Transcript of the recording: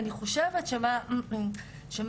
אני חושבת שמה שמאד